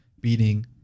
beating